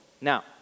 Now